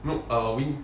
no err win